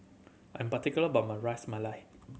I'm particular about my Ras Malai